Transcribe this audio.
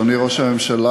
אדוני ראש הממשלה,